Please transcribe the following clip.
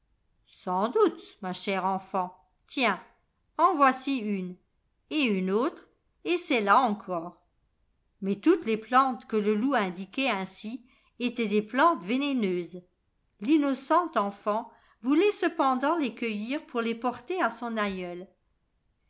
sans doute ma chère enfant tiens en voici une et une autre et celle-là encore mais toutes les plantes que le loup indiquait ainsi étaient des plantes vénéneuses l'innocente enfant voulait cependant les cueillir pour les porter à son aïeule